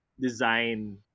design